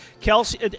Kelsey